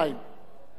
כבוד השר, בבקשה.